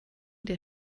der